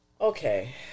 okay